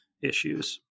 issues